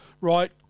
right